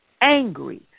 angry